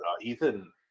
Ethan